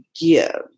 give